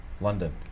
London